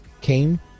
came